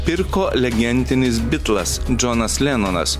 pirko legendinis bitlas džonas lenonas